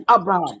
Abraham